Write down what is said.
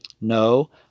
No